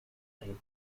and